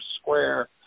square